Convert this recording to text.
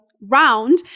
round